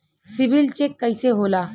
CIBIL check कइसे होला?